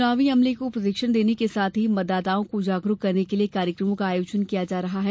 चुनावी अमले को प्रशिक्षण देने के साथ ही मतदाताओं को जागरुक करने के लिए कार्यक्रमों का आयोजन किया जा रहा है